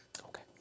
Okay